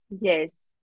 Yes